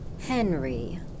Henry